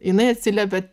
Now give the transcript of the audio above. jinai atsiliepia